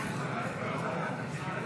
נתקבלה.